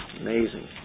Amazing